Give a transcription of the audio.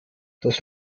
das